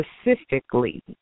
specifically